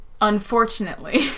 Unfortunately